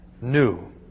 new